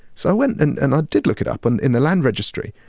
so i went, and and i did look it up and in the land registry.